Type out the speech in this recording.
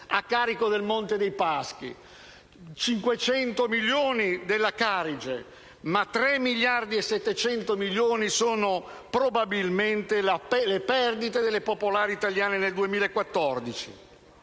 a carico del Monte dei Paschi, 500 milioni della Carige, ma 3,7 miliardi sono probabilmente le perdite delle popolari italiane nel 2014.